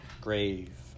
grave